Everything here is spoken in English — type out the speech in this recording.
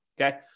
okay